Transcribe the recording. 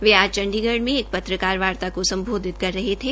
वे आज चंडीगढ़ में एक पत्रकारवार्ता को सम्बोधित कर रहे थे